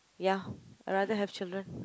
ya I rather have children